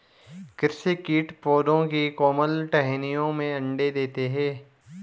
कृषि कीट पौधों की कोमल टहनियों में अंडे देते है